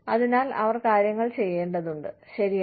അതിനാൽ അവർ കാര്യങ്ങൾ ചെയ്യേണ്ടതുണ്ട് ശരിയാണ്